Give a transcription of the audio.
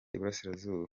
iburasirazuba